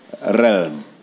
realm